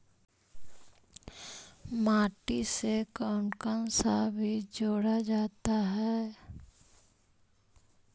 माटी से कौन कौन सा बीज जोड़ा जाता है?